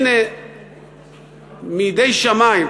הנה מידי שמים,